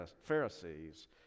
Pharisees